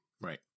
Right